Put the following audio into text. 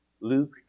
Luke